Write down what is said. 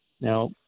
Now